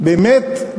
באמת,